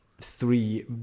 Three